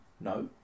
no